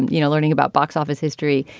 you know, learning about box office history.